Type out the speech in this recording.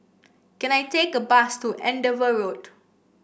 can I take a bus to Andover Road